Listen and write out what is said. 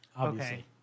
Okay